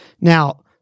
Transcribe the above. now